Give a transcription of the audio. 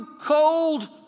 cold